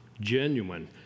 genuine